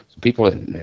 People